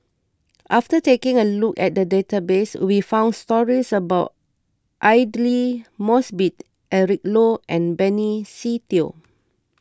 after taking a look at the database we found stories about Aidli Mosbit Eric Low and Benny Se Teo